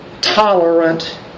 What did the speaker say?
tolerant